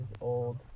old